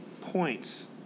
points